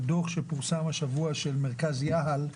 שפורסם השבוע, של מרכז יהל,